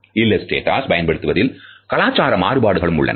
இல்லஸ்டேட்டஸ் பயன்படுத்துவதில் கலாச்சார மாறுபாடுகளும் உள்ளன